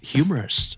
Humorous